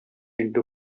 into